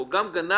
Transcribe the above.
הוא גם גנב,